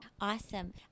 Awesome